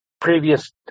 previous